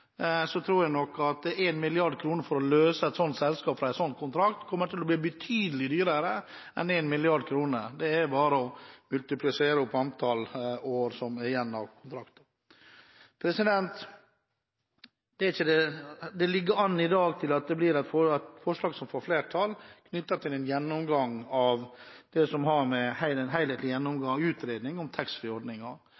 tror jeg nok at å løse et slikt selskap fra en slik kontrakt kommer til å bli betydelig dyrere enn 1 mrd. kr. Det er bare å multiplisere med antall år som er igjen av kontrakten. Det ligger i dag an til at et forslag knyttet til en helhetlig gjennomgang og utredning om taxfree-ordningen får flertall. Det synes jeg er helt greit, det får bare skje – det er ikke noen fare med